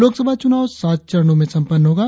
लोकसभा चुनाव सात चरणों में संपन्न होगा